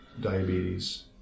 diabetes